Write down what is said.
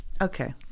okay